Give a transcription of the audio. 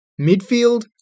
Midfield